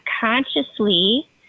consciously